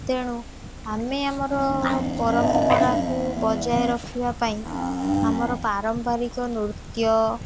ତେଣୁ ଆମେ ଆମର ପରମ୍ପରାକୁ ବଜାୟ ରଖିବା ପାଇଁ ଆମର ପାରମ୍ପାରିକ ନୃତ୍ୟ